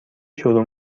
شروع